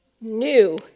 new